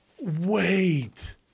Wait